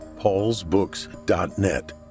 paulsbooks.net